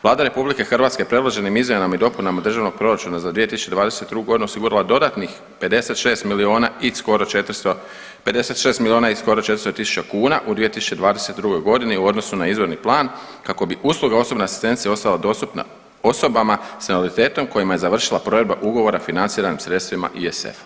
Vlada RH predloženim izmjenama i dopunama državnog proračuna za 2022.g. osigurala je dodatnih 56 milijuna i skoro 400, 56 milijuna i skoro 400 tisuća kuna u 2022.g. u odnosu na izvorni plan kako bi usluga osobne asistencije ostala dostupna osobama sa invaliditetom kojima je završila provedba ugovora financirana sredstvima ISF-a.